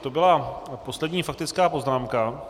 To bylo poslední faktická poznámka.